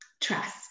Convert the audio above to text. trust